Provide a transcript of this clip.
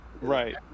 right